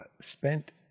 spent